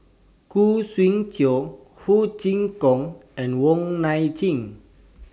Khoo Swee Chiow Ho Chee Kong and Wong Nai Chin